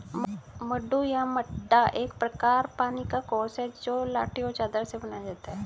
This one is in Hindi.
मड्डू या मड्डा एक पानी का कोर्स है लाठी और चादर से बनाया जाता है